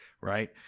Right